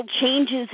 changes